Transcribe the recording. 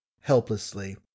helplessly